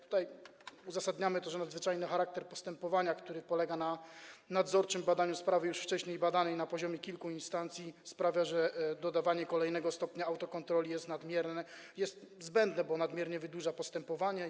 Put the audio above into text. Tutaj uzasadniamy to tak, że nadzwyczajny charakter postępowania, który polega na nadzorczym badaniu sprawy już wcześniej badanej na poziomie kilku instancji, sprawia, że dodanie kolejnego stopnia autokontroli jest nadmierne, jest zbędne, bo nadmiernie wydłuża postępowanie.